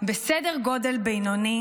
בסדר גודל בינוני,